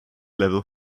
level